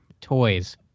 toys